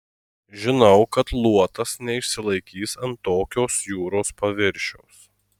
žinau kad luotas neišsilaikys ant tokios jūros paviršiaus